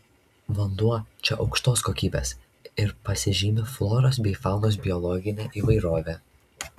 vanduo čia aukštos kokybės ir pasižymi floros bei faunos biologine įvairove